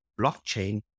blockchain